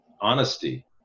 honesty